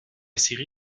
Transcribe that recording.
série